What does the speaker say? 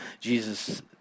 Jesus